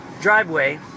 driveway